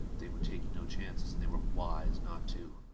they were taking no chances and they were wise not to.